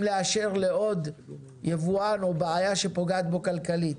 לאשר לעוד יבואן או שיש בעיה שפוגעת בו כלכלית.